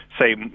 say